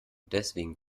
deswegen